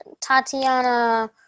Tatiana